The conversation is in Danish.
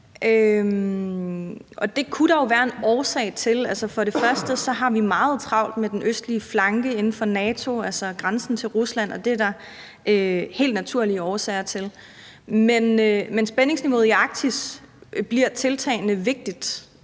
Og det kunne der jo være en årsag til. For det første har vi meget travlt med den østlige flanke i NATO, altså grænsen til Rusland, og det er der helt naturlige årsager til. Men spændingsniveauet i Arktis bliver tiltagende vigtigt